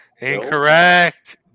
Incorrect